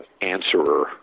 answerer